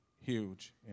huge